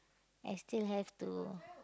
I still have to